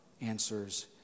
answers